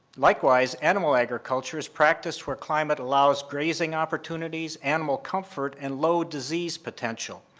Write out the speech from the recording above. likewise, animal agriculture is practiced where climate allows grazing opportunities, animal comfort, and low disease potential.